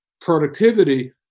productivity